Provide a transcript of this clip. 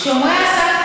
שומרי הסף,